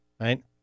right